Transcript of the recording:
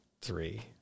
three